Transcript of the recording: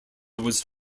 was